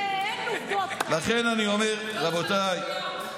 לכן אני אומר, עובדות חנפניות.